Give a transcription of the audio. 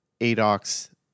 Adox